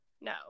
no